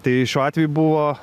tai šiuo atveju buvo